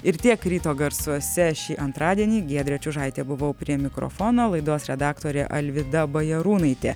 ir tiek ryto garsuose šį antradienį giedrė čiužaitė buvau prie mikrofono laidos redaktorė alvyda bajarūnaitė